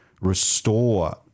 restore